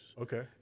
Okay